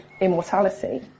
immortality